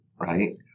right